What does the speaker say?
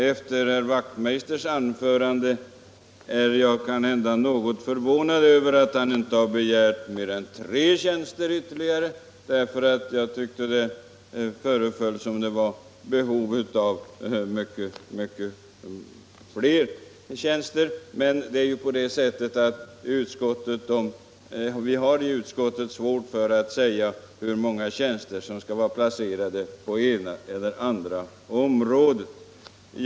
Efter herr Wachtmeisters anförande är jag kanske något förvånad över att han inte begärt mer än tre tjänster; det föreföll som om det fanns behov av många fler. Vi har i utskottet emellertid svårt för att avgöra hur många tjänster som skall vara placerade på det ena eller andra området.